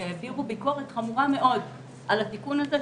שהעבירו ביקורת חמורה מאוד על התיקון הזה,